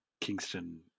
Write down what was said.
Kingston